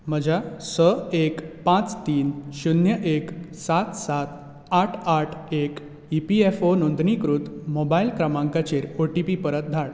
म्हज्या स एक पांच तीन शुन्य एक सात सात आठ आठ एक ईपीएफओ नोंदणीकृत मोबायल क्रमांकाचेर ओटीपी परत धाड